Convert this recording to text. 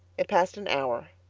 it passed an hour.